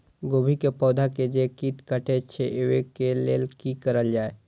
गोभी के पौधा के जे कीट कटे छे वे के लेल की करल जाय?